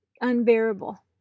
unbearable